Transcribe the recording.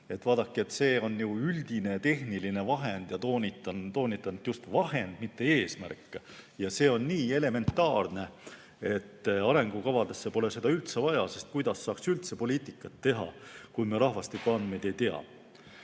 Vaadake, see on ju üldine tehniline vahend – toonitan, et just vahend, mitte eesmärk. See on nii elementaarne, et arengukavasse pole seda üldse vaja kirjutada, sest kuidas saaks üldse poliitikat teha, kui me rahvastikuandmeid ei tea.